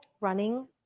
running